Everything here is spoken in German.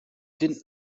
din